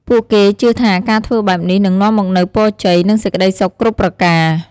ពួកគេជឿថាការធ្វើបែបនេះ នឹងនាំមកនូវពរជ័យ និងសេចក្តីសុខគ្រប់ប្រការ។